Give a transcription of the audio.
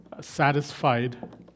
satisfied